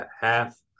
half